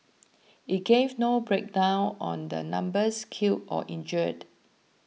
it gave no breakdown on the numbers killed or injured